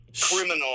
criminal